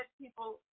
people